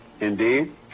Indeed